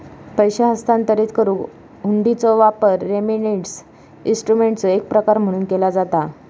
पैसो हस्तांतरित करुक हुंडीचो वापर रेमिटन्स इन्स्ट्रुमेंटचो एक प्रकार म्हणून केला जाता